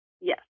Yes